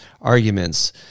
arguments